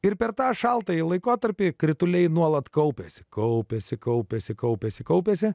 ir per tą šaltąjį laikotarpį krituliai nuolat kaupėsi kaupėsi kaupėsi kaupėsi kaupėsi